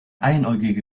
einäugige